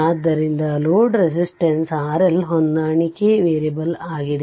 ಆದ್ದರಿಂದ load resistance RL ಹೊಂದಾಣಿಕೆ ವೇರಿಯಬಲ್ಆಗಿದೆ